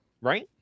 right